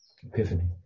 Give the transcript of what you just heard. epiphany